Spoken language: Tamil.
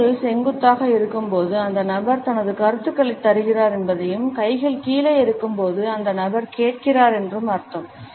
கைகள் செங்குத்தாக இருக்கும்போது அந்த நபர் தனது கருத்துக்களைத் தருகிறார் என்பதையும் கைகள் கீழே இறங்கும்போது அந்த நபர் கேட்கிறார் என்றும் அர்த்தம்